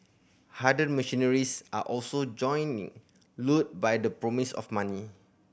hardened mercenaries are also joining lured by the promise of money